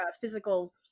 physical